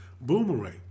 Boomerang